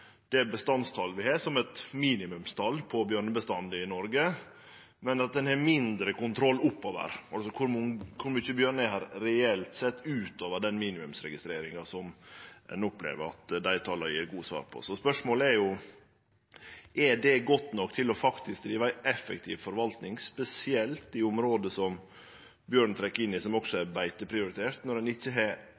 det bestandstalet vi har, som eit minimumstal på bjørnebestanden i Noreg, men at ein har mindre kontroll oppover, altså kor mykje bjørn det er reelt sett, utover den minimumsregistreringa som ein opplever at dei tala gjev gode svar på. Spørsmålet er: Er det godt nok til faktisk å drive ei effektiv forvaltning, spesielt i område som bjørnen trekkjer inn i som også er beiteprioriterte, når ein ikkje har